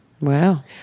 Wow